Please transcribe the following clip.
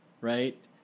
right